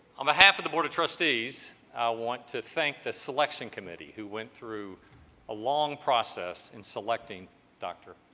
on behalf of the board of trustees i want to thank the selection committee who went through a long process in selecting dr.